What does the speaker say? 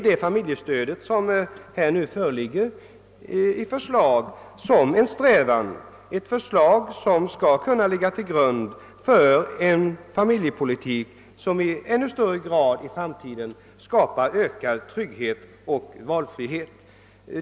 Det familjestöd som föreslås bör, statsrådet Odhnoff, kunna ligga till grund för en familjepolitik som i framtiden skapar ökad trygghet och valfrihet.